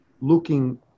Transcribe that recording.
looking